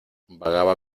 vagaba